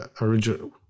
original